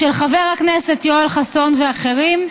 של חבר הכנסת יואל חסון ואחרים,